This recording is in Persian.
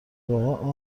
واقع